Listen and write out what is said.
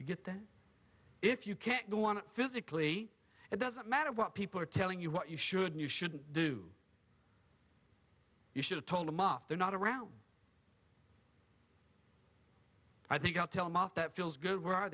to get there if you can't do one physically it doesn't matter what people are telling you what you should you shouldn't do you should have told him off they're not around i think i'll tell him off that feels good where are